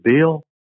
Bill